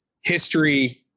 history